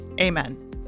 amen